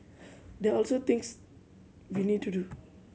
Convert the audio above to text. there are also things we need to do